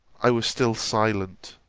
i was still silent